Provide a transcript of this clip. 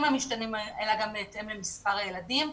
המשתנים אלא גם בהתאם למספר הילדים.